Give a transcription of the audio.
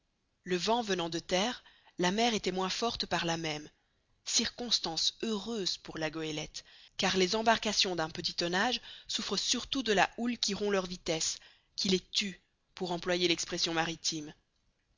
le vent venant de terre la mer était moins forte par là même circonstance heureuse pour la goélette car les embarcations d'un petit tonnage souffrent surtout de la houle qui rompt leur vitesse qui les tue pour employer l'expression maritime